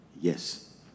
Yes